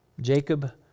Jacob